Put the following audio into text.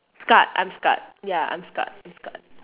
scarred I'm scarred ya I'm scarred scarred